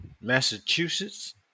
massachusetts